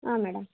ಹಾಂ ಮೇಡಮ್